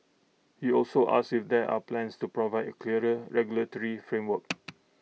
he also asked if there are plans to provide A clearer regulatory framework